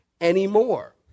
anymore